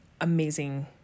amazing